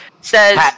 says